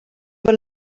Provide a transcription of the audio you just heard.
were